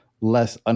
less